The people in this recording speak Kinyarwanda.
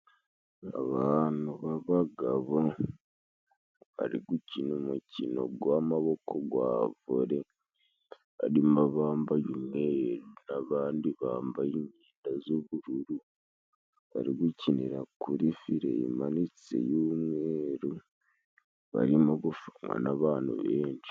Abantu babagabo bari gukina umukino gw'amaboko gwa volley, harimo abambaye umweru, n'abandi bambaye imyenda z'ubururu, bari gukinira kuri fire imanitse y'umweru, barimo gufanwa n'abantu benshi.